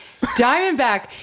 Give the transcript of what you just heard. Diamondback